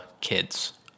kids